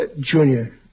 Junior